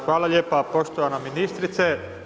Hvala lijepo poštovana ministrice.